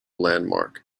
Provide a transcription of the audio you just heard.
landmark